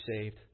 saved